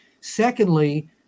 Secondly